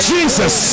Jesus